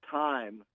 time